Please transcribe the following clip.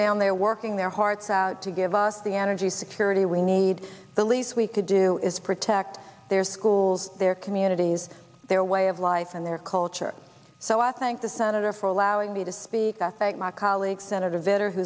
down there working their hearts out to give us the energy security we need the least we could do is protect their schools their communities their way of life and their culture so i thank the senator for allowing me to speak i think my colleague senator vitter